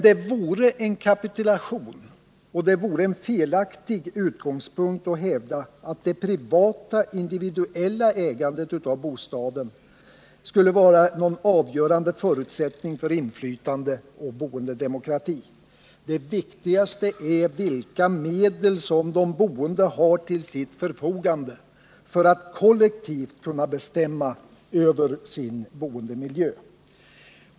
Det vore en kapitulation och en felaktig utgångspunkt att hävda att det privata, individuella ägandet av bostaden skulle vara någon avgörande förutsättning för inflytande och boendedemokrati. Det viktigaste är vilka medel som de boende har till sitt förfogande för att kollektivt kunna bestämma över sin boendemiljö.